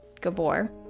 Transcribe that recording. gabor